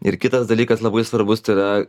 ir kitas dalykas labai svarbus tai yra